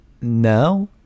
No